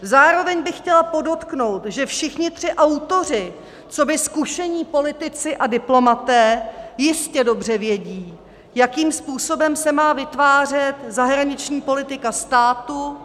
Zároveň bych chtěla podotknout, že všichni tři autoři coby zkušení politici a diplomaté jistě dobře vědí, jakým způsobem se má vytvářet zahraniční politika státu.